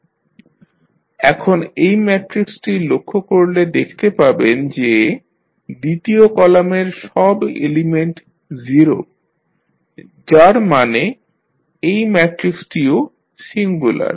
VC CA 1 0 2 0 এখন এই ম্যাট্রিক্সটি লক্ষ্য করলে দেখতে পাবেন যে দ্বিতীয় কলামের সব এলিমেন্ট 0 যার মানে এই ম্যাট্রিক্সটিও সিঙ্গুলার